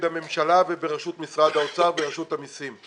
הממשלה ובראשות משרד האוצר ורשות המסים.